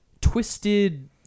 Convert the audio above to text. twisted